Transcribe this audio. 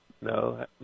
no